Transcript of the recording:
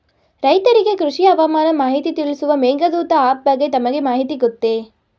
ರೈತರಿಗೆ ಕೃಷಿ ಹವಾಮಾನ ಮಾಹಿತಿ ತಿಳಿಸುವ ಮೇಘದೂತ ಆಪ್ ಬಗ್ಗೆ ತಮಗೆ ಮಾಹಿತಿ ಗೊತ್ತೇ?